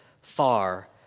far